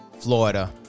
florida